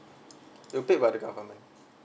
it'll paid by the government